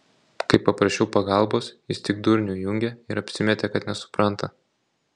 kai paprašiau pagalbos jis tik durnių įjungė ir apsimetė kad nesupranta